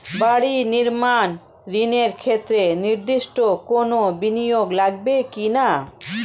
বাড়ি নির্মাণ ঋণের ক্ষেত্রে নির্দিষ্ট কোনো বিনিয়োগ লাগবে কি না?